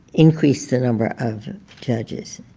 increase the number of judges.